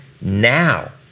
now